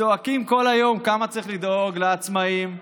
צועקים כל היום כמה צריך לדאוג לעצמאים,